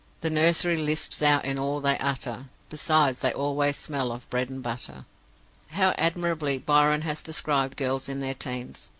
the nursery lisps out in all they utter besides, they always smell of bread-and-butter how admirably byron has described girls in their teens!